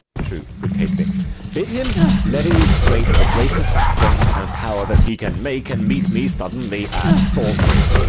true, good catesby bid him levy straight the greatest strength and power that he can make, and meet me suddenly at salisbury.